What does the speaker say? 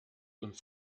uns